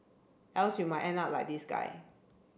else you might end up like this guy